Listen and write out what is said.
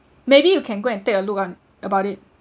maybe you can go and take a look on about it